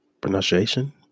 pronunciation